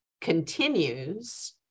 continues